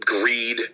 Greed